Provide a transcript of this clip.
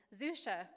Zusha